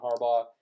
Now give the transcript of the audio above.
Harbaugh